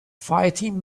fighting